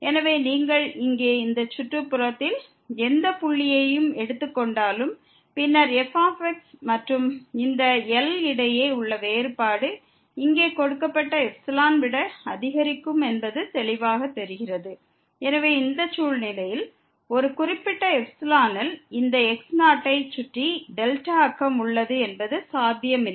எனவே நீங்கள் இங்கே இந்த சுற்றுப்புறத்தில் எந்த புள்ளியையும் எடுத்துக் கொண்டாலும் பின்னர் f மற்றும் இந்த L க்கு இடையே உள்ள வேறுபாடு இங்கே கொடுக்கப்பட்ட εஐ விட அதிகமாக இருக்கும் என்பது தெளிவாகத் தெரிகிறது எனவே இந்த சூழ்நிலையில் ஒரு குறிப்பிட்ட ε ல் இந்த x0 ஐ சுற்றி δ நெய்பர்ஹுட் உள்ளது என்பது சாத்தியம் இல்லை